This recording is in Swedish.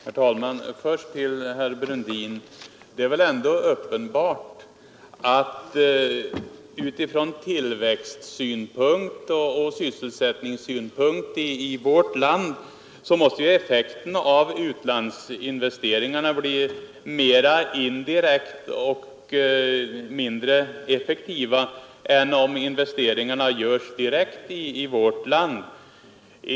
Herr talman! Först några ord till herr Brundin. Det är väl ändå uppenbart att effekten på tillväxt och sysselsättning i vårt land blir indirekt och därmed mindre om investeringarna görs i utlandet än om de görs direkt här i landet.